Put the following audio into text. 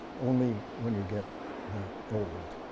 only when you get that old.